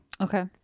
Okay